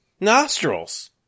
nostrils